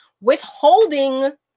withholding